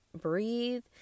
breathe